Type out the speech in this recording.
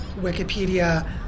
Wikipedia